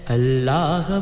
Allah